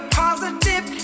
positive